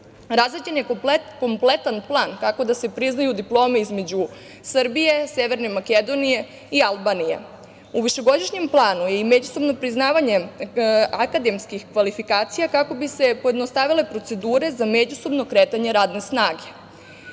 Razrađen je kompletan plan kako da se priznaju diplome između Srbije, Severne Makedonije i Albanije. U višegodišnjem planu i međusobno priznavanje akademskih kvalifikacija kako bi se pojednostavile procedure za međusobno kretanje radne